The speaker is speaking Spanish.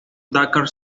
dakar